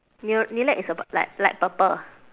near lilac is ab~ like light purple